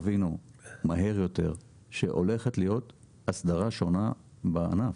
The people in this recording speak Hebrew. יבינו מהר יותר שהולכת להיות הסדרה שונה בענף.